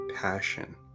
passion